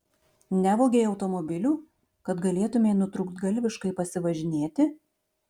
nevogei automobilių kad galėtumei nutrūktgalviškai pasivažinėti